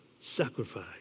sacrifice